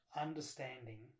understanding